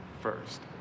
first